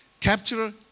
capture